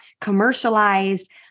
commercialized